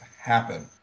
happen